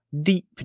deep